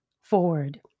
forward